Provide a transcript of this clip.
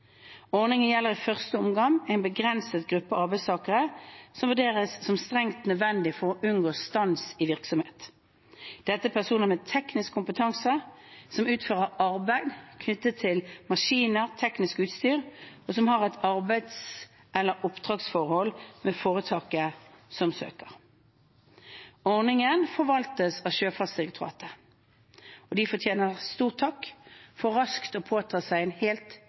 Ordningen gjelder i første omgang en begrenset gruppe arbeidstakere som vurderes som strengt nødvendige for å unngå stans i virksomhet. Dette er personer med teknisk kompetanse som utfører arbeid knyttet til maskiner og teknisk utstyr, og som har et arbeids- eller oppdragsforhold med foretaket som søker. Ordningen forvaltes av Sjøfartsdirektoratet. De fortjener en stor takk for raskt å påta seg en helt